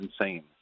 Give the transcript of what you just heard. insane